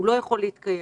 הוא לא יכול להתקיים.